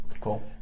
Cool